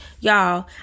Y'all